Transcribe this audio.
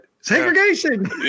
Segregation